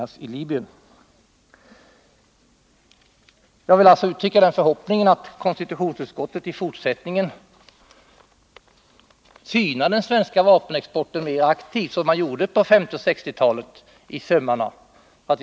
Jag vill mot den bakgrunden uttrycka den förhoppningen att konstitutionsutskottet i fortsättningen mera aktivt synar den svenska vapenexporten i sömmarna, som man gjorde på 1950 och 1960-talen.